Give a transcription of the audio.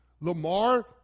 Lamar